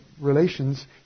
relations